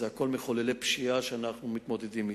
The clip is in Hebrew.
זה הכול מחוללי פשיעה שאנחנו מתמודדים אתם.